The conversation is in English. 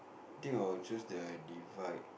I think I'll choose the divide